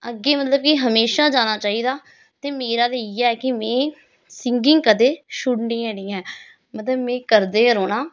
अग्गें मतलब कि हमेशां जाना चाहिदा ते मेरा ते इ'यै कि में सिंगिंग कदें छुड़नी गै नी ऐ मतलब में करदे गै रौह्ना